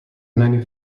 many